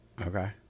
Okay